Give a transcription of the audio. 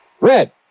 Red